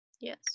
Yes